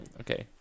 Okay